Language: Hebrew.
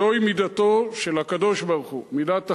זוהי מידתו של הקדוש-ברוך-הוא, מידת החסד.